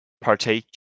partake